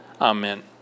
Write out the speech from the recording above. amen